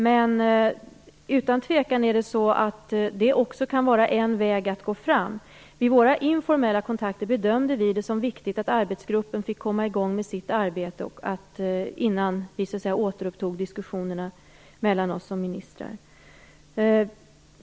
Men utan tvekan kan det också vara en väg att gå fram. Vid våra informella kontakter bedömde vi det som viktigt att arbetsgruppen fick komma i gång med sitt arbete innan vi återupptog diskussionerna mellan oss som ministrar.